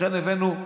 לכן הבאנו,